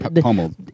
Pummeled